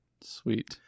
Sweet